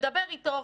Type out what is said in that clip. מדבר איתו,